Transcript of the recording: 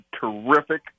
terrific